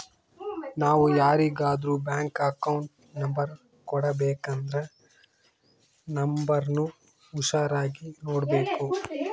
ನಾವು ಯಾರಿಗಾದ್ರೂ bank account number ಕೊಡಬೇಕಂದ್ರ ನೋಂಬರ್ನ ಹುಷಾರಾಗಿ ನೋಡ್ಬೇಕು